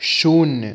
शून्य